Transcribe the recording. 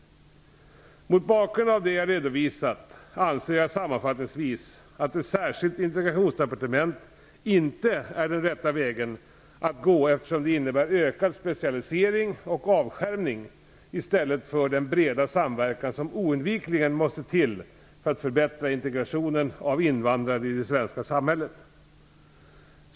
Mot bakgrund av det jag redovisat anser jag sammanfattningsvis att ett särskilt integrationsdepartement inte är den rätta vägen att gå, eftersom det innebär ökad specialisering och avskärmning i stället för den breda samverkan som oundvikligen måste till för att förbättra integrationen av invandrare i det svenska samhället.